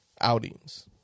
outings